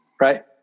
right